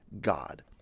God